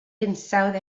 hinsawdd